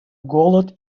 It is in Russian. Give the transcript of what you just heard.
голод